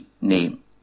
name